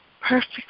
perfect